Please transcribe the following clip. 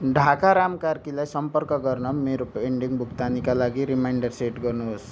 ढाका राम कार्कीलाई सम्पर्क गर्न मेरो पेन्डिङ भुक्तानीका लागि रिमाइन्डर सेट गर्नुहोस्